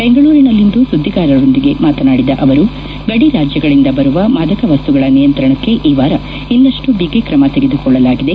ಬೆಂಗಳೂರಿನಲ್ಲಿಂದು ಸುದ್ಗಿಗಾರರೊಂದಿಗೆ ಮಾತನಾಡಿದ ಅವರು ಗಡಿ ರಾಜ್ಯಗಳಿಂದ ಬರುವ ಮಾದಕ ವಸ್ತುಗಳ ನಿಯಂತ್ರಣಕ್ಕೆ ಈ ವಾರ ಇನ್ನಷ್ಟು ಬಿಗಿ ಕ್ರಮ ತೆಗೆದುಕೊಳ್ಳಲಾಗಿದೆ